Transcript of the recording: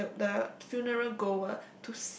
the the the funeral goer